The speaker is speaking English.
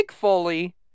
Foley